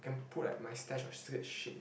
then pull at my stash of slit sheet